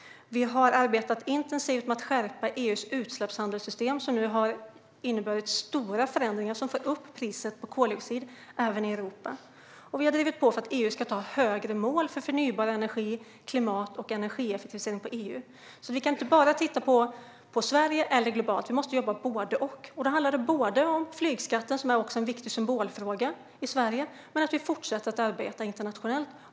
Vi har arbetat intensivt med att skärpa EU:s utsläppshandelssystem, som nu har inneburit stora förändringar och höjt priset på koldioxid även i Europa. Och vi har drivit på för att EU ska sätta högre mål för förnybar energi, klimat och energieffektivisering inom EU. Vi kan inte bara titta på Sverige eller titta globalt. Vi måste jobba både och. Det handlar både om flygskatten i Sverige - en viktig symbolfråga - och om att fortsätta arbeta internationellt.